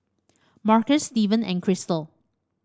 Marcus Steven and Chrystal